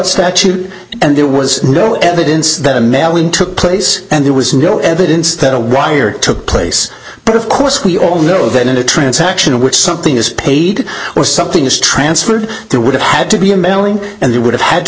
statute and there was no evidence that a mailing took place and there was no evidence that a wire took place but of course we all know that in a transaction of which something is paid or something is transferred there would have had to be a mailing and there would have had to